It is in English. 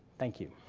thank you.